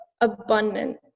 abundant